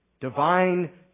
Divine